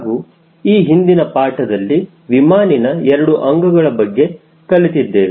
ಹಾಗೂ ಈ ಹಿಂದಿನ ಪಾಠದಲ್ಲಿ ವಿಮಾನನ 2 ಅಂಗಗಳ ಬಗ್ಗೆ ಕಲಿತಿದ್ದೇವೆ